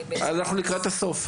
אנחנו לקראת הסוף,